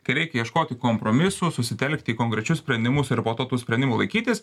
kai reikia ieškoti kompromisų susitelkti į konkrečius sprendimus ir po to tų sprendimų laikytis